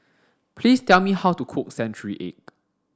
please tell me how to cook century egg